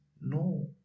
no